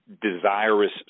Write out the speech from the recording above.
desirous